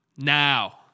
now